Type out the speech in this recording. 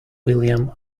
william